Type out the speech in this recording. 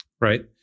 right